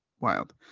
Wild